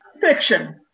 fiction